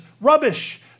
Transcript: rubbish